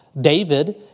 David